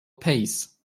peijs